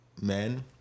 men